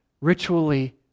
ritually